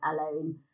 alone